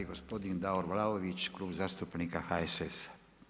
Gospodin Davor Vlaović Klub zastupnika HSS-a.